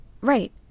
Right